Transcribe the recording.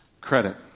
credit